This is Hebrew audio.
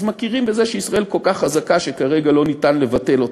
אז מכירים בזה שישראל כל כך חזקה שכרגע אין אפשרות לבטל אותה,